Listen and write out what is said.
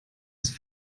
ist